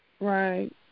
Right